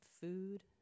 food